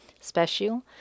special